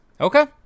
Okay